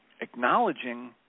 Acknowledging